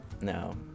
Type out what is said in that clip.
no